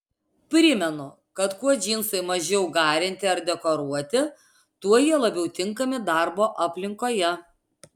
primenu kad kuo džinsai mažiau garinti ar dekoruoti tuo jie labiau tinkami darbo aplinkoje